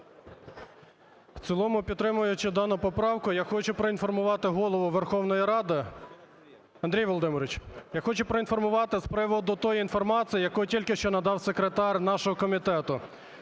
В цілому підтримуючи дану поправку, я хочу проінформувати Голову Верховної Ради – Андрій Володимирович! – я хочу проінформувати з приводу тієї інформації, яку тільки що надав секретар нашого комітету.